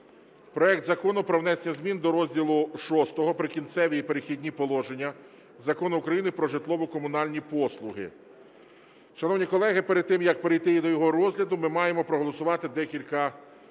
Проект Закону про внесення змін до розділу VI "Прикінцеві та перехідні положення" Закону України "Про житлово-комунальні послуги". Шановні колеги, перед тим, як перейти до його розгляду, ми маємо проголосувати декілька таких